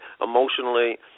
emotionally